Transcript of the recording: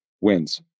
Wins